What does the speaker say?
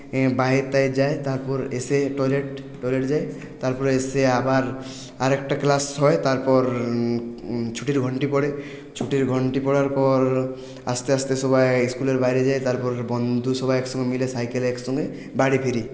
বাইরে টাইরে যাই তারপর এসে টয়লেট টয়লেট যাই তারপর এসে আবার আর একটা ক্লাস হয় তারপর ছুটির ঘন্টি পড়ে ছুটির ঘন্টি পড়ার পর আস্তে আস্তে সবাই স্কুলের বাইরে যাই তারপর বন্ধু সবাই একসঙ্গে মিলে সাইকেলে একসঙ্গে বাড়ি ফিরি